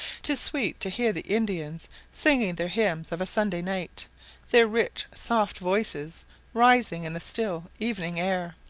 tis sweet to hear the indians singing their hymns of a sunday night their rich soft voices rising in the still evening air.